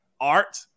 art